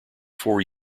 four